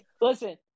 listen